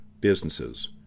businesses